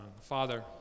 father